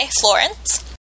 Florence